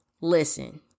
listen